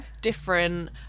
different